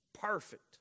perfect